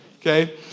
Okay